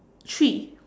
three